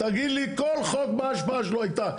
תגיד לי כל חוק מה ההשפעה שלו הייתה,